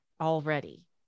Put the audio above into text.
already